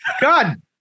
god